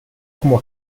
como